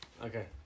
okay